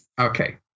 Okay